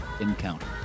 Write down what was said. Encounter